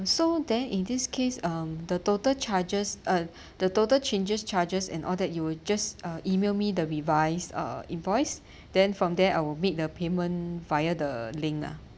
so then in this case um the total charges uh the total changes charges and all that you'll just uh email me the revised uh invoice then from there I will make the payment via the link lah